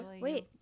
Wait